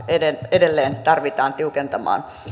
edelleen tarvitaan tiukentamaan